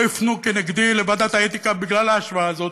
יפנו כנגדי לוועדת האתיקה בגלל ההשוואה הזאת,